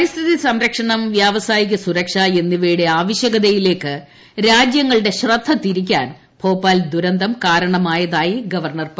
പരിസ്ഥിതി സംരക്ഷണം വ്യാവസായിക സുരക്ഷ എന്നിവയുടെ ആവശ്യകതയിലേക്ക് രാജ്യങ്ങളുടെ ശ്രഭ്ധു തിരിക്കാൻ ഭോപ്പാൽ ദുരന്തം കാരണമായതായി ഗപ്പർണ്ണർ പറഞ്ഞു